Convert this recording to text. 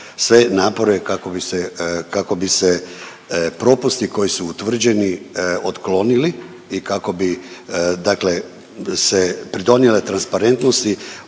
sve napore kako bi se propusti koji su utvrđeni otklonili i kako bi, dakle se pridonijele transparentnosti,